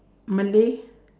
malay